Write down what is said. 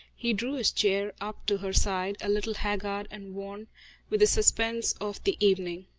he drew his chair up to her side, a little haggard and worn with the suspense of the evening.